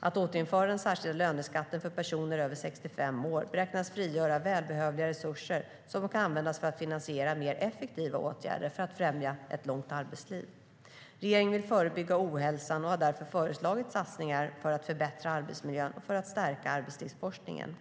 Att återinföra den särskilda löneskatten för personer över 65 år beräknas frigöra välbehövliga resurser som kan användas för att finansiera mer effektiva åtgärder för att främja ett långt arbetsliv. Regeringen vill förebygga ohälsan och har därför föreslagit satsningar för att förbättra arbetsmiljön och för att stärka arbetslivsforskningen.